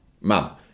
mum